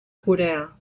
corea